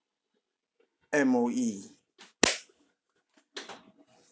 M_O_E